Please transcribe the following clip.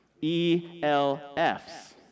E-L-Fs